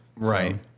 Right